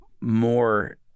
more